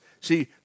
See